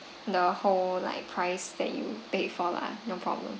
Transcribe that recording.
the whole like price that you paid for lah no problem